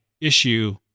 issue